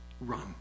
Run